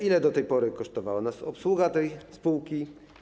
Ile do tej pory kosztowała nas obsługa tej spółki?